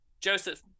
Joseph